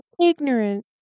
ignorant